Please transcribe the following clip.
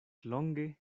longe